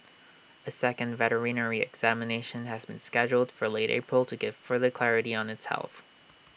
A second veterinary examination has been scheduled for late April to give further clarity on its health